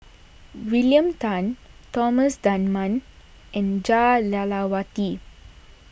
William Tan Thomas Dunman and Jah Lelawati